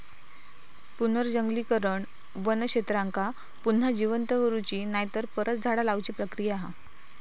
पुनर्जंगलीकरण वन क्षेत्रांका पुन्हा जिवंत करुची नायतर परत झाडा लाऊची प्रक्रिया हा